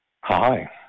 hi